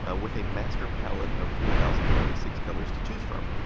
ah with a master palette of four thousand and ninety six colors to choose from.